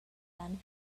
han